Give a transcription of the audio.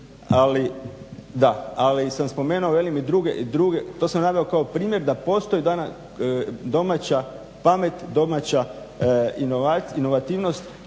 ali, da, ali sam spomenuo velim i druge, to sam naveo kao primjer da postoje domaća pamet, domaća inovativnost